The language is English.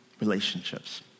relationships